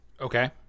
Okay